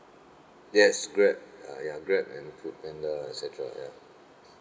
yes grab uh ya grab and foodpanda et cetera ya